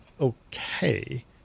okay